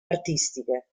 artistiche